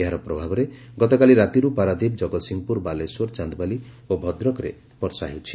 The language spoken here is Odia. ଏହାର ପ୍ରଭାବରେ ଗତକାଲି ରାତିରୁ ପାରାଦୀପ ଜଗତସିଂହପୁର ବାଲେଶ୍ୱର ଚାଦବାଲି ଓ ଭଦ୍ରକ ଜିଲ୍ଲାରେ ବର୍ଷା ହେଉଛି